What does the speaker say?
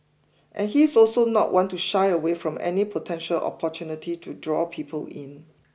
and he's also not one to shy away from any potential opportunity to draw people in